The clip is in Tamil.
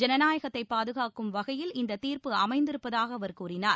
ஜனநாயகத்தை பாதுகாக்கும் வகையில் இந்த தீர்ப்பு அமைந்திருப்பதாக அவர் கூறினார்